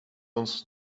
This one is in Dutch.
ons